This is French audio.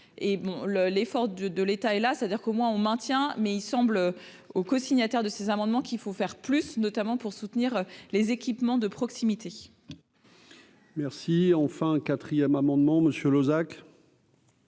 le l'effort de de l'État, et là, c'est-à-dire que moins on maintient, mais il semble oh cosignataires de ces amendements qu'il faut faire plus notamment pour soutenir les équipements de proximité. Merci enfin 4ème amendement monsieur